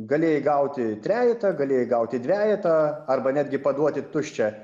galėjai gauti trejetą galėjai gauti dvejetą arba netgi paduoti tuščią